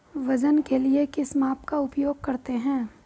वजन के लिए किस माप का उपयोग करते हैं?